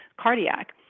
cardiac